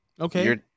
Okay